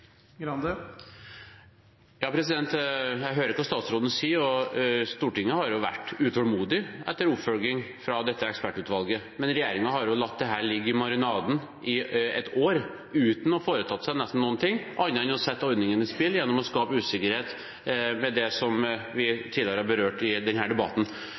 Jeg hører hva statsråden sier. Stortinget har vært utålmodig når det gjelder oppfølging fra dette ekspertutvalget, men regjeringen har latt det ligge i marinaden et år uten nesten å ha foretatt seg noen ting, annet enn å sette ordningen i spill gjennom å skape usikkerhet ved det vi tidligere har berørt i denne debatten.